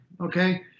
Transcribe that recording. okay